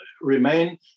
remain